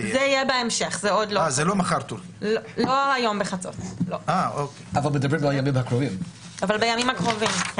לא הלילה בחצות, אבל בימים הקרובים.